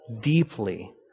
deeply